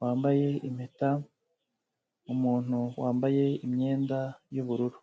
wambaye impeta, umuntu wambaye imyenda y'ubururu.